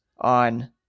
on